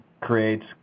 creates